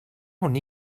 hwn